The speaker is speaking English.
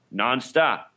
nonstop